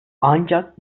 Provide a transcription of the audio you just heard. ancak